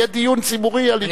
יהיה דיון ציבורי על העניין הזה.